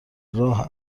راه